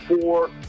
Four